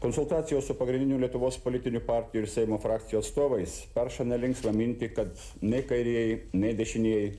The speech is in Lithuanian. konsultacijos su pagrindinių lietuvos politinių partijų ir seimo frakcijų atstovais perša nelinksmą mintį kad nei kairieji nei dešinieji